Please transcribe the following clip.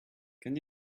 can